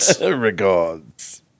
Regards